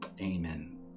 amen